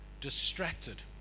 distracted